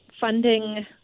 funding